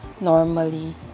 normally